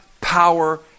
power